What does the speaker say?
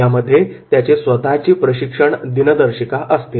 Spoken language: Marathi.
यामध्ये त्याची स्वतःची प्रशिक्षण दिनदर्शिका असते